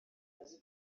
myiza